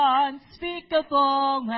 unspeakable